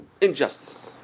injustice